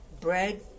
bread